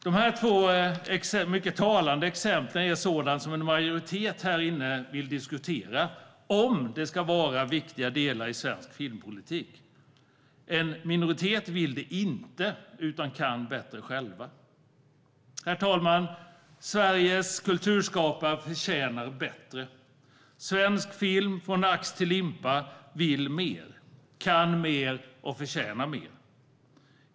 Dessa två mycket talande exempel handlar om sådant som en majoritet här inne vill diskutera om det ska vara en viktig del i svensk filmpolitik. En minoritet vill inte göra det utan kan bättre själv. Herr talman! Sveriges kulturskapare förtjänar bättre. Svensk film från ax till limpa vill mer, kan mer och förtjänar mer.